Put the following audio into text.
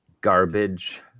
garbage